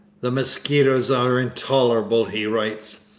the mosquitoes are intolerable he writes.